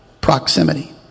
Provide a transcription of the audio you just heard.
proximity